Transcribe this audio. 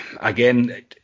again